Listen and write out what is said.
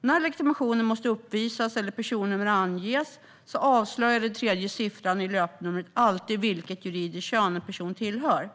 När legitimation måste uppvisas eller personnummer anges avslöjar den tredje siffran i löpnumret alltid vilket juridiskt kön en person tillhör.